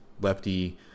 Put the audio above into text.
lefty